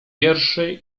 wierszy